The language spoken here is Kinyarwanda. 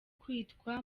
kwitwa